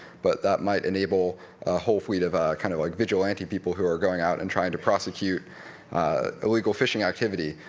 but that might enable a whole fleet of kind of like vigilante people who are going out and trying to prosecute illegal fishing activity.